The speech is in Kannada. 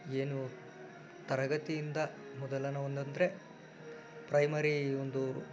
ಏನು ತರಗತಿಯಿಂದ ಮೊದಲನೇ ಒಂದು ಅಂದರೆ ಪ್ರೈಮರಿ ಒಂದು